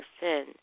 sin